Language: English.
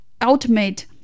ultimate